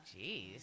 Jeez